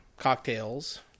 cocktails